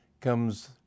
comes